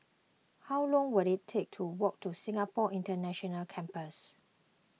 how long will it take to walk to Singapore International Campus